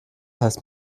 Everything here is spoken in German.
heißt